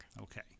Okay